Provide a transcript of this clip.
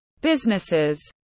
Businesses